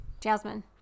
jasmine